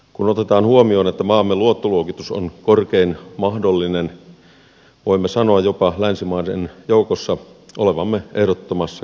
kun otetaan huomioon että maamme luottoluokitus on korkein mahdollinen voimme sanoa jopa länsimaiden joukossa olevamme ehdottomassa kärkikaartissa